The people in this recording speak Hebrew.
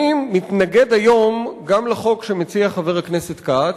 אני מתנגד היום גם לחוק שמציע חבר הכנסת כץ,